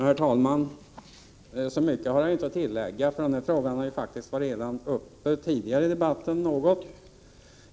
Herr talman! Så mycket har jag inte att tillägga, för den här frågan har faktiskt varit uppe redan tidigare i debatten.